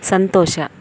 ಸಂತೋಷ